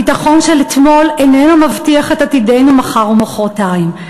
הביטחון של אתמול איננו מבטיח את עתידנו מחר ומחרתיים.